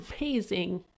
amazing